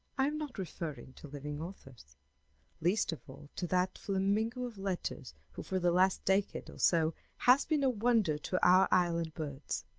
i am not referring to living authors least of all to that flamingo of letters who for the last decade or so has been a wonder to our island birds.